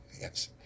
Yes